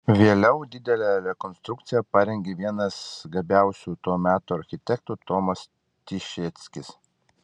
vėliau didelę rekonstrukciją parengė vienas gabiausių to meto architektų tomas tišeckis